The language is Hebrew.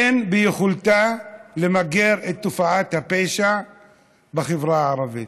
אין ביכולתה למגר את תופעת הפשע בחברה הערבית.